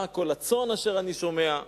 מה קול הצאן אשר אני שומע?